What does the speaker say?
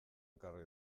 ekarri